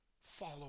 follow